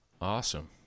awesome